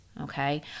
okay